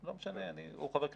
לא משנה, הוא חבר כנסת?